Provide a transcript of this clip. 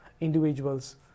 individuals